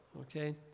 okay